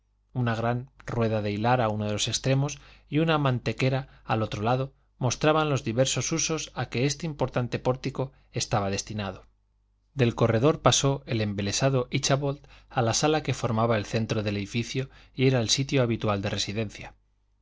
una gran rueda de hilar a uno de los extremos y una mantequera al otro lado mostraban los diversos usos a que este importante pórtico estaba destinado del corredor pasó el embelesado íchabod a la sala que formaba el centro del edificio y era el sitio habitual de residencia